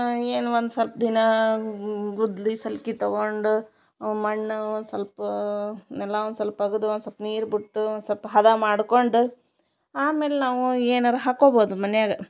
ಏನು ಒಂದು ಸಲ್ಪ ದಿನಾ ಗುದ್ದಲಿ ಸಲ್ಕೆ ತಗೊಂಡು ಅವು ಮಣ್ಣು ಒಂದು ಸ್ವಲ್ಪ ನೆಲ ಒಂದು ಸಲ್ಪ ಅಗದು ಒಂದು ಸಲ್ಪ ನೀರು ಬಿಟ್ಟು ಒಂದು ಸಲ್ಪ ಹದ ಮಾಡಿಕೊಂಡು ಆಮೇಲೆ ನಾವು ಏನಾರೂ ಹಾಕೊಬೋದು ಮನೆಯಾಗ